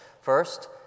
First